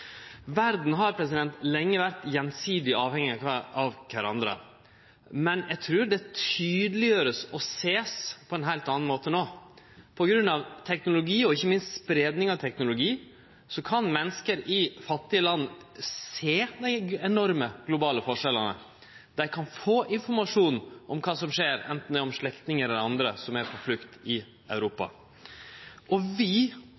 lenge vore gjensidig avhengige av kvarandre, men eg trur det vert tydeleggjort og sett på ein heilt annan måte no. På grunn av teknologi, og ikkje minst spreiing av teknologi, kan menneske i fattige land sjå dei enorme globale forskjellane. Dei kan få informasjon om kva som skjer, anten det er om slektningar eller andre som er på flukt i Europa. Og vi